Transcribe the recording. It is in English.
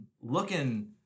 looking